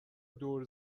دور